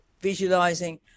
visualizing